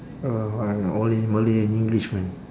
uh I only malay and english man